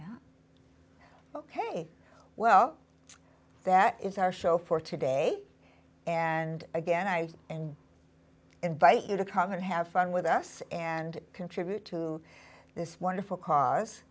yeah ok well that is our show for today and again i invite you to come and have fun with us and contribute to this wonderful cause